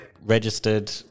registered